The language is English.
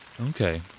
Okay